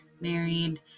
married